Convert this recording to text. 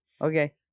Okay